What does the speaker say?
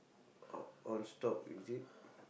on on stock is it